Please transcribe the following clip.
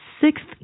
sixth